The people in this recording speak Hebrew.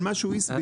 על מה שהוא הסביר.